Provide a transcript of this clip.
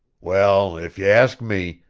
well, if you ask me,